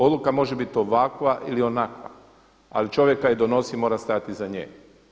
Odluka može biti ovakva ili onakva, ali čovjek kada je donosi mora stajati iza nje.